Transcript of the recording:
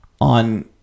on